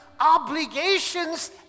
obligations